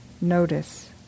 notice